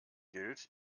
gilt